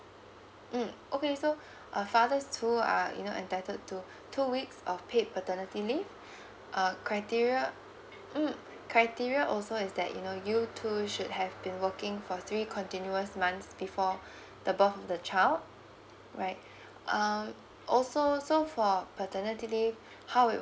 mm okay so uh fathers too are you know entitled to two weeks of paid paternity leave uh criteria mm criteria also is that you know you too should have been working for three continuous months before the birth of the child right uh also so for paternity leave how it